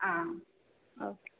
ആ ഓക്കേ